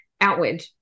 outward